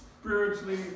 Spiritually